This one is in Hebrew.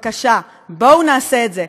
בבקשה, בואו נעשה את זה.